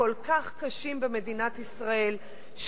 הכל-כך קשים במדינת ישראל,